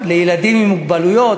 לילדים עם מוגבלויות?